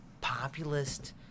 populist